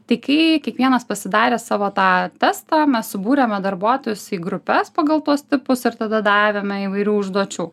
tai kai kiekvienas pasidarė savo tą testą mes subūrėme darbuotojus į grupes pagal tuos tipus ir tada davėme įvairių užduočių